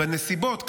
"בנסיבות אלו,